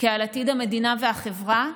כעל עתיד המדינה והחברה,